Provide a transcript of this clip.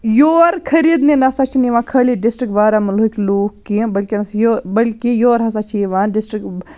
یور خریٖدنہِ نَسا چھِنہٕ یِوان خٲلی ڈِسٹرک بارہمولہٕکۍ لوٗکھ کینٛہہ بٔلکہِ نَس بٔلکہِ یور ہَسا چھِ یِوان ڈِسٹرک